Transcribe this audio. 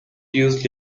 fuse